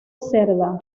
cerda